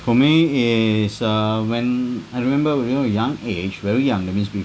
for me is uh when I remember you know young age very young that means we